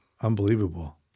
unbelievable